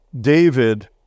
David